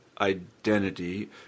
identity